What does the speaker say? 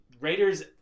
Raiders